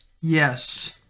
Yes